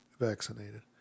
vaccinated